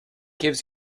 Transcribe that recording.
gives